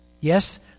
Yes